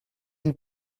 ils